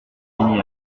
mini